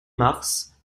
mars